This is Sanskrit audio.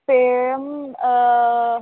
पेयम्